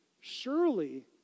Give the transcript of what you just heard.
surely